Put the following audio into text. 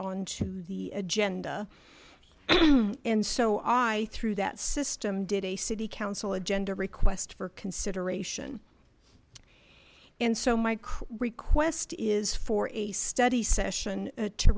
on to the agenda and so i through that system did a city council agenda request for consideration and so mike request is for a study session to